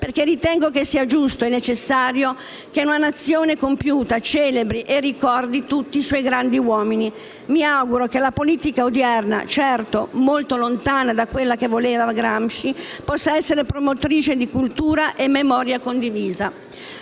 perché ritengo sia giusto e necessario che una Nazione compiuta celebri e ricordi tutti i suoi grandi uomini. Mi auguro che la politica odierna, certo molto lontana da quella che voleva Gramsci, possa essere promotrice di cultura e memoria condivisa.